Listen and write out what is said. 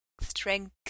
Strength